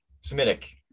Semitic